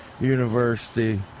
University